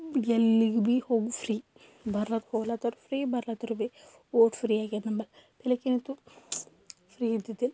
ಎಲ್ಲಿಗೆ ಭೀ ಹೋಗಿ ಫ್ರೀ ಬರೋಕ್ಕೆ ಹೋಲತ್ತರ ಫ್ರೀ ಬರ್ಲತ್ತರ ಭೀ ಅಷ್ಟು ಫ್ರೀ ಆಗಿದೆ ನಂಬಲ್ಲಿ ಇಲ್ಲಿಕ್ಯೇನಿತ್ತು ಫ್ರೀ ಇದ್ದಿದ್ದಿಲ್ಲ